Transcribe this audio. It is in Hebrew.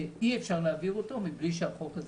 שאי אפשר להעביר אותו מבלי שהחוק הזה